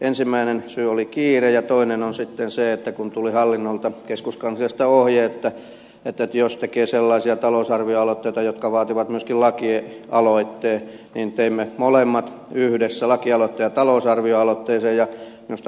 ensimmäinen syy oli kiire ja toinen on sitten se että kun tuli hallinnolta keskuskansliasta ohje että jos tekee sellaisia talousarvioaloitteita jotka vaativat myöskin lakialoitteen niin teimme molemmat yhdessä lakialoitteen ja talousarvioaloitteen